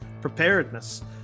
preparedness